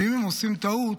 ואם הם עושים טעות,